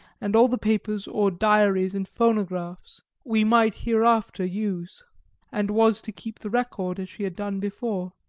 and all the papers or diaries and phonographs we might hereafter use and was to keep the record as she had done before.